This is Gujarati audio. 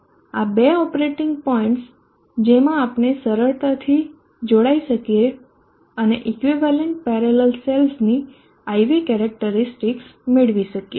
આ બે ઓપરેટિંગ પોઇન્ટ્સ જેમાં આપણે સરળતાથી જોડાઈ શકીએ અને ઇક્વિવેલન્ટ પેરેલલ સેલ્સની IV કેરેક્ટરીસ્ટિકસ મેળવી શકીએ